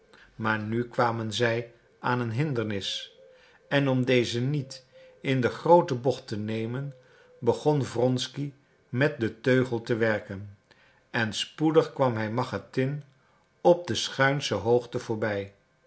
maar nu kwamen zij aan een hindernis en om deze niet in de groote bocht te nemen begon wronsky met den teugel te werken en spoedig kwam hij machatin op de schuinsche hoogte voorbij